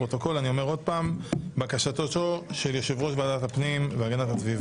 הצבעה בעד הצעת יושב-ראש ועדת הפנים והגנת הסביבה פה אחד הצעת